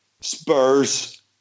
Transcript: Spurs